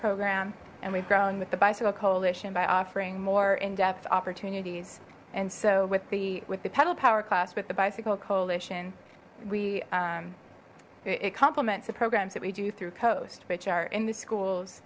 program and we've grown with the bicycle coalition by offering more in depth opportunities and so with the with the pedal power class with the bicycle coalition we it complements the programs that we do through coasts which are in the schools